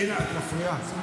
הינה, את מפריעה.